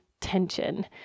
tension